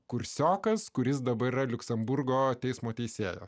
kursiokas kuris dabar yra liuksemburgo teismo teisėjas